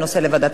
מי שהוא נגד,